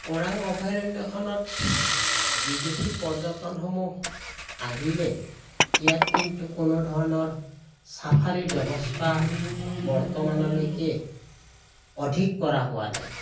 ওৰাং অভয়াৰণ্যখনত বিদেশী পৰ্যটকসমূহ আহিলে ইয়াত কিন্তু কোনো ধৰণৰ চাফাৰীৰ ব্যৱস্থা বৰ্তমানলৈকে অধিক কৰা হোৱা নাই